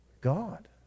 God